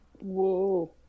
whoa